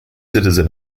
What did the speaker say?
citizen